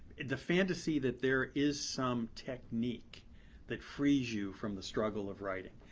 the fantasy that there is some technique that frees you from the struggle of writing.